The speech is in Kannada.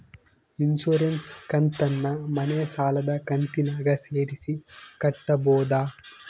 ಇನ್ಸುರೆನ್ಸ್ ಕಂತನ್ನ ಮನೆ ಸಾಲದ ಕಂತಿನಾಗ ಸೇರಿಸಿ ಕಟ್ಟಬೋದ?